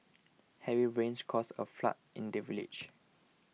heavy rains caused a flood in the village